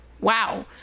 wow